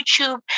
YouTube